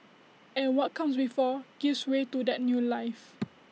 and what comes before gives way to that new life